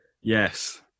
yes